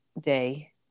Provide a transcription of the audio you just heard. day